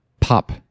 pop